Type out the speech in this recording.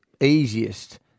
easiest